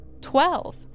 Twelve